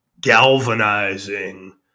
galvanizing